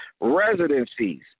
residencies